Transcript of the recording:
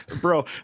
Bro